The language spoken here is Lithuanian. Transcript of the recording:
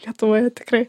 lietuvoje tikrai